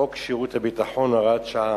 חוק שירות ביטחון (הוראת שעה)